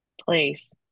place